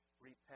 repent